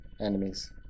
enemies